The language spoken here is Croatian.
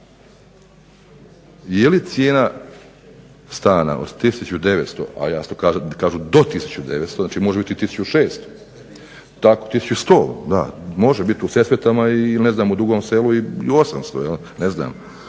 Je li cijena stana od 1900,a kažu do 1900, znači može biti i 1600, tako 1100 da, može biti u Sesvetama ili ne znam u Dugom Selu i 800 ne znam.